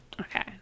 Okay